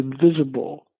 invisible